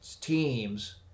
teams